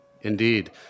Indeed